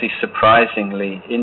surprisingly